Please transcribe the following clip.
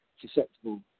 susceptible